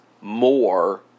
more